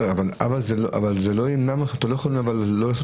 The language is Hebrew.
זה כללי.